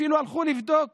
אפילו הלכו לבדוק